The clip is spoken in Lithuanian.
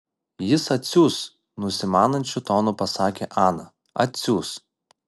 jis atsiųs nusimanančiu tonu pasakė ana atsiųs